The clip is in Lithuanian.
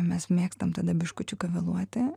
mes mėgstam tada biškučiuką vėluoti